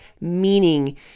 meaning